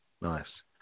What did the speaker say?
nice